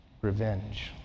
revenge